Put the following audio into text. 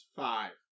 five